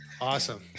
awesome